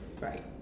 Right